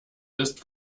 ist